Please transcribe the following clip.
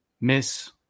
Miss